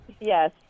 Yes